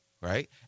Right